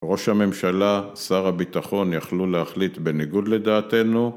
ראש הממשלה, שר הביטחון יכלו להחליט בניגוד לדעתנו